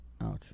Ouch